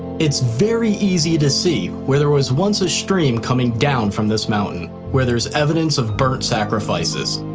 it's very easy to see where there was once a stream coming down from this mountain where there's evidence of burnt sacrifices.